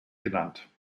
genannt